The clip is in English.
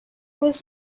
was